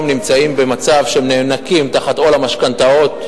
נמצאים במצב שהם נאנקים תחת עול המשכנתאות,